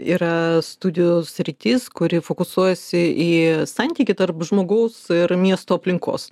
yra studijų sritis kuri fokusuojasi į santykį tarp žmogaus ir miesto aplinkos